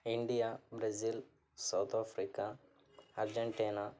India Brazil South Africa Argentina